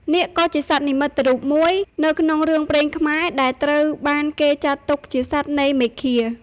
នាគក៏ជាសត្វនិមិត្តរូបមួយនៅក្នុងរឿងព្រេងខ្មែរដែលត្រូវបានគេចាត់ទុកជាសត្វនៃមេឃា។